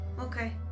okay